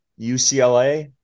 UCLA